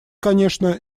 конечно